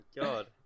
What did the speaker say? God